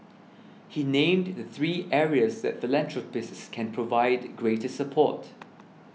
he named the three areas that philanthropists can provide greater support